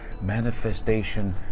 Manifestation